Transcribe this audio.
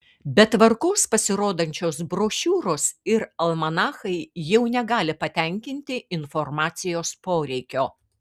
be tvarkos pasirodančios brošiūros ir almanachai jau negali patenkinti informacijos poreikio